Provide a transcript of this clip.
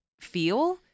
feel